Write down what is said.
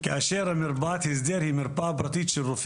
כאשר מרפאת הסדר היא מרפאה פרטית של רופא